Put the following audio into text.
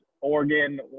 Oregon